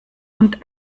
und